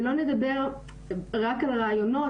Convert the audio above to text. ולא נדבר רק על רעיונות,